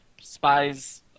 Spies